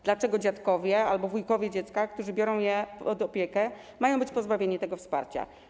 Dlaczego dziadkowie albo wujkowie dziecka, którzy biorą je pod opiekę, mają być pozbawieni tego wsparcia?